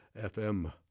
FM